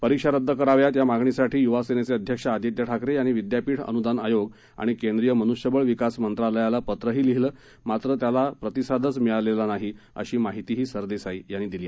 परीक्षा रद्द कराव्यात या मागणीसाठी य्वा सेनेचे अध्यक्ष आदित्य ठाकरे यांनी विद्यापीठ अन्दान आयोग आणि केंद्रीय मन्ष्यबळ विकास मंत्रालयाला पत्रही लिहीलं मात्र त्याचा प्रतिसादच मिळालेला नाही अशी माहितीही सरदेसाई यांनी दिली